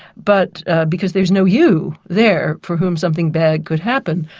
but because there's no you there for whom something bad could happen.